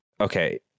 Okay